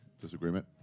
Disagreement